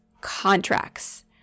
contracts